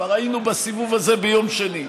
כבר היינו בסיבוב הזה ביום שני.